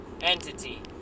entity